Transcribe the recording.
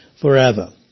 forever